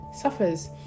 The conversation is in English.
suffers